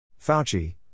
Fauci